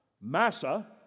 Massa